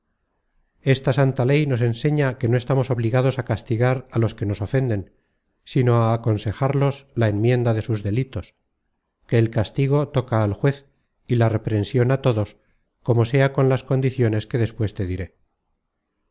esta santa ley nos enseña que no estamos obligados á castigar á los que nos ofenden sino á aconsejarlos la enmienda de sus delitos que el castigo toca al juez y la reprension á todos como sea con las condiciones que despues te diré